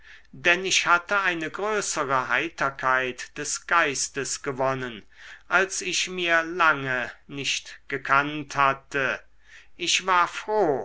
denn ich hatte eine größere heiterkeit des geistes gewonnen als ich mir lange nicht gekannt ich war froh